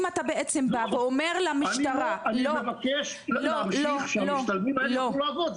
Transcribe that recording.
אם אתה בעצם בא ואומר למשטרה -- אני מבקש שהמשתלמים האלה יוכלו לעבוד,